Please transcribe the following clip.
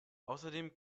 außerdem